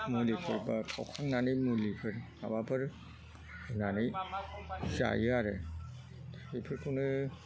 मुलिफोर बा खावखांनानै मुलिफोर माबाफोर होनानै जायो आरो बेफोरखौनो